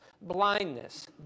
blindness